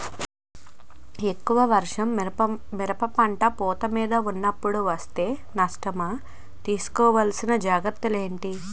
ఎక్కువ వర్షం మిరప పంట పూత మీద వున్నపుడు వేస్తే నష్టమా? తీస్కో వలసిన జాగ్రత్తలు ఏంటి?